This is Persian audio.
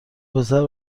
پسر